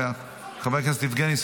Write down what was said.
חבר הכנסת חמד עמאר,